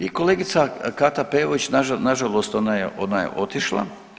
I kolegica Kata Peović, na žalost ona je otišla.